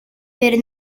per